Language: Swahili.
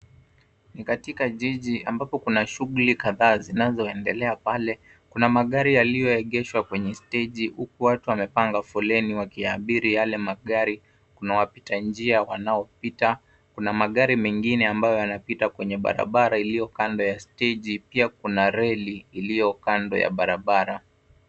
Ni katika jiji ambapo kuna shuguli kadhaa zinazoendelea pale. Kuna magari yaliyoegeshwa kwenye steji huku watu wamepanga foleni wakiabiri yale magari. Kuna wapita njia wanaopita. Kuna magari mengine ambayo yanapita kwenye barabara iliyo kando ya steji pia kuna reli iliyo kando ya barabara.